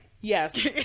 yes